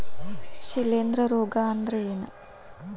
ಶಿಲೇಂಧ್ರ ರೋಗಾ ಅಂದ್ರ ಏನ್?